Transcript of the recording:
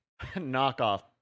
knockoff